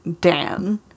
Dan